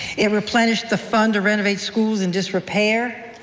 it replenished the fund to renovate schools in disrepair.